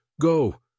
Go